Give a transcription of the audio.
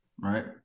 Right